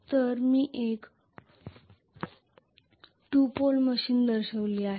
तर मी एक 2 पोल मशीन दर्शविली आहे